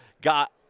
Got